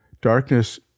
darkness